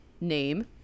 name